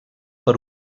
per